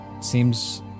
Seems